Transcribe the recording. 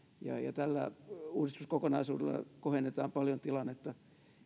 ja tällä uudistuskokonaisuudella kohennetaan paljon tilannetta